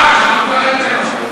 לא כדאי לך.